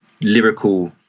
lyrical